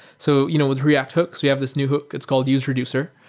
so you know with react hooks, we have this new hook, it's called usereducer,